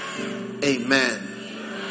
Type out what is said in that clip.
Amen